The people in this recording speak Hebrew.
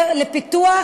מאוד